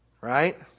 Right